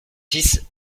six